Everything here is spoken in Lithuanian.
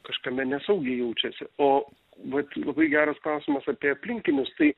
kažkame nesaugiai jaučiasi o vat labai geras klausimas apie aplinkinius tai